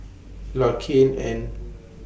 Larkin and